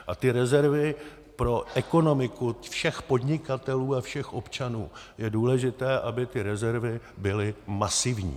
A ty rezervy pro ekonomiku všech podnikatelů a všech občanů, je důležité, aby ty rezervy byly masivní.